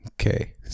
Okay